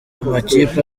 amakipe